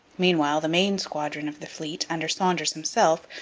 meanwhile, the main squadron of the fleet, under saunders himself,